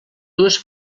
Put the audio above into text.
dues